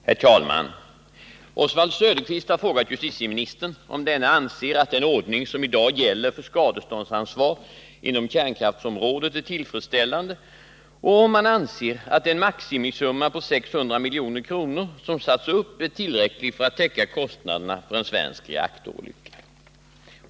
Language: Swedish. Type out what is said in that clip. Herr talman! Oswald Söderqvist har frågat justitieministern om denne anser att den ordning som i dag gäller för skadeståndsansvar inom kärnkraftsområdet är tillfredsställande och om han anser att den maximisumma på 600 milj.kr. som satts upp är tillräcklig för att täcka kostnaderna för en svensk reaktorolycka.